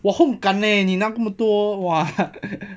!wah! hong gan eh 你拿那么多 !wah!